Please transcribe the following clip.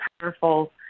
powerful